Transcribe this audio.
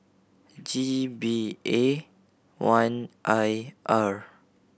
G B A one I R